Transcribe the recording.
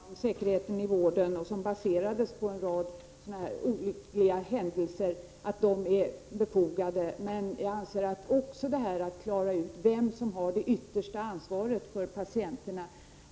Herr talman! Jag håller helt med Margitta Edgren om att de åtgärder som föreslås i denna skrift om säkerhet i vården och som baseras på en rad olyckliga händelser är befogade. Men jag anser också att det är en patientsäkerhetsfråga att klara ut vem som har det yttersta ansvaret för patienterna.